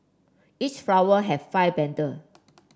each flower have five petal